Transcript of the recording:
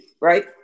right